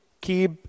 keep